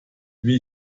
wie